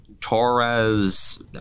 Torres